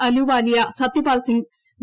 Ahluwalia Satyapal Singh V